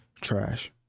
trash